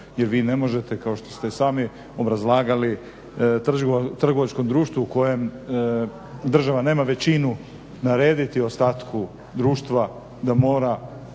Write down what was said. jer vi ne možete kao što ste i sami obrazlagali trgovačkom društvu u kojem država nema većinu narediti ostatku društva da mora